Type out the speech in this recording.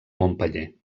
montpeller